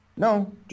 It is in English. No